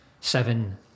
seven